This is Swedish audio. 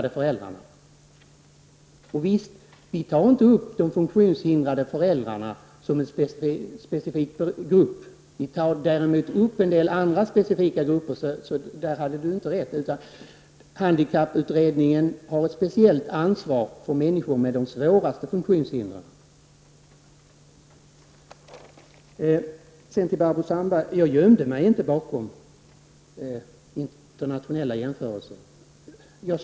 Det stämmer att vi inte tar upp de funktionshindrade föräldrarna som en speciell grupp. Däremot tas en del andra specifika grupper upp. På den punkten har inte Margó Ingvardsson rätt. Handikapputredningen har ett speciellt ansvar för människor med de svåraste funktionshindren. Jag gömde mig inte bakom internationella jämförelser, Barbro Sandberg.